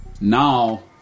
Now